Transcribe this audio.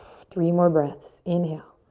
three more breaths. inhale.